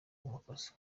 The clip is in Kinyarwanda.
amakosa